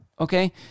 Okay